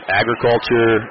agriculture